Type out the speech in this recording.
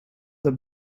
the